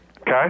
Okay